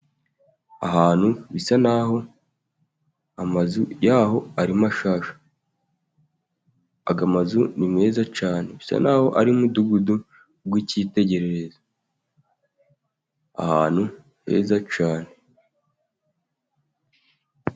Ahantu bisa naho amazu yaho ari mashyashya. Aya mazu ni meza cyane, bisa naho ari umudugudu w'icyitegererezo, ahantu heza cyane.